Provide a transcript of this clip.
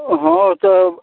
अऽ हँ तब